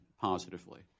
positively